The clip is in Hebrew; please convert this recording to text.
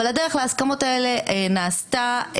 נעשתה,